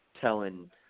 telling